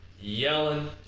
yelling